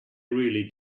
really